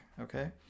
okay